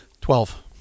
Twelve